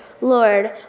Lord